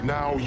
Now